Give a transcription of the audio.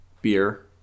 beer